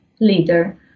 leader